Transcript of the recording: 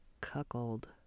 cuckold